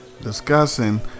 discussing